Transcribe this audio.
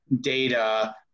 data